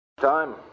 Time